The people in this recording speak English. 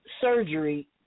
surgery